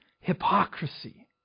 hypocrisy